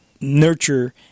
nurture